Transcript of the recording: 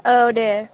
औ दे